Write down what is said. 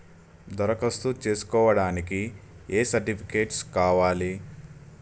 దరఖాస్తు చేస్కోవడానికి ఏ సర్టిఫికేట్స్ కావాలి?